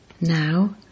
Now